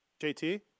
JT